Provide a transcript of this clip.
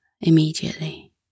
immediately